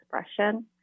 expression